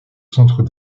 centres